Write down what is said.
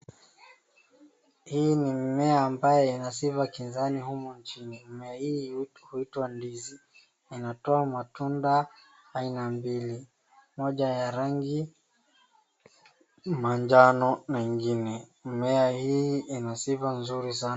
Hii ni mmea ambao ina sifa kinzani humu nchini, mmea hii huitwa ndizi na inatoa matunda aina mbili, moja ya rangi manjano na ingine, mmea hii ina sifa nzuri sana.